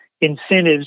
incentives